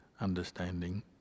understanding